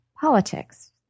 politics